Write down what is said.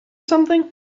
something